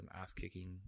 ass-kicking